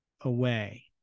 away